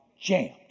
jammed